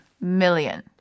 million